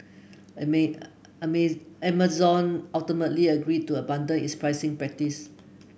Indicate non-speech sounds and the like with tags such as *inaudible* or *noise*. *unintelligible* Amazon ultimately agreed to abandon its pricing practice